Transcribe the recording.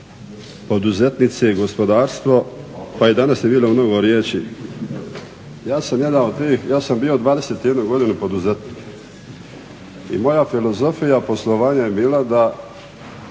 poduzetnici i gospodarstvo, pa i danas je bilo mnogo riječi. Ja sam bio 21 godinu poduzetnik i moja filozofija poslovanja je bila da